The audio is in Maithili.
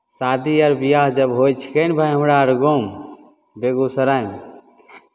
शादी आर ब्याह जब होइ छिकै ने भाय हमरा आर गाँवमे बेगूसरायमे